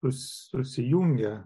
susi susijungia